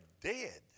dead